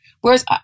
Whereas